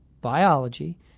biology